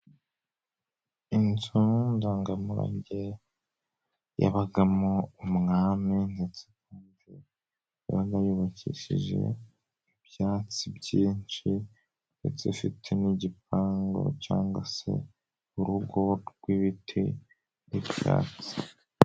Inzu ndangamurage yabagamo umwami, inzu yabaga yubakishije ibyatsi byinshi ndetse ifite n'igipangu cyangwa se urugo rw'ibiti n'ibyatsi.